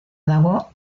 dago